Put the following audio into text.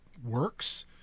works